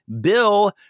Bill